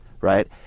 right